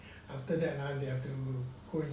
then ah you have to go and